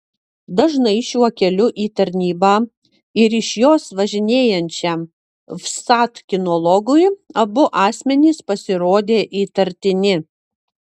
dažnai šiuo keliu į tarnybą ir iš jos važinėjančiam vsat kinologui abu asmenys pasirodė įtartini